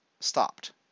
stopped